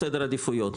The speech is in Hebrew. העדיפויות.